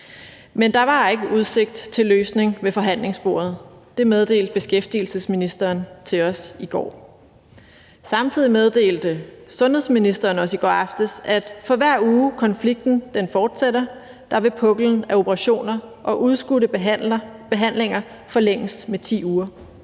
men der var ikke udsigt til en løsning ved forhandlingsbordet; det meddelte beskæftigelsesministeren os i går. Samtidig meddelte sundhedsministeren os i går aftes, at for hver uge konflikten fortsætter, vil puklen af operationer og udskudte behandlinger forlænges med 10 uger.